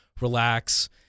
relax